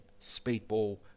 Speedball